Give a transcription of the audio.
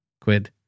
Quid